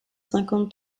cinquante